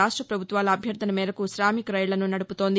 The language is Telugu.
రాష్ట ప్రభుత్వాల అభ్యర్థన మేరకు శామిక్ రైళ్లను నడుపుతోంది